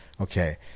Okay